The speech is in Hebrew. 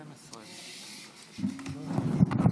בסביבות 16:00 פלוס,